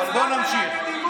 בואו נמשיך.